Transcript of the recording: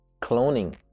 cloning